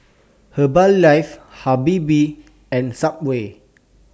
Herbalife Habibie and Subway